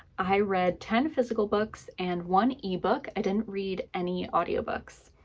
i read ten physical books and one ebook. i didn't read any audiobooks.